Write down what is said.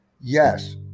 Yes